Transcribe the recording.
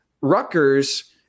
Rutgers